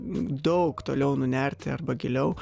daug toliau nunerti arba giliau